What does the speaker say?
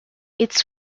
its